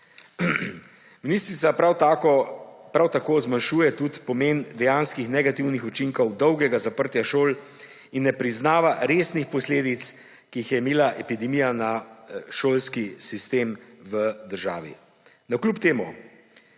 Ministrica prav tako zmanjšuje pomen dejanskih negativnih učinkov dolgega zaprtja šol in ne priznava resnih posledic, ki jih je imela epidemija na šolski sistem v državi. Navkljub temu